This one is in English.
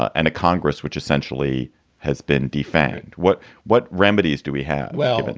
and a congress which essentially has been defanged. what what remedies do we have? well, but